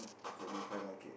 probably five decade